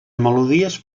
melodies